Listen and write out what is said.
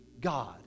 God